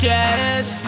Cash